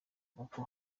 kuko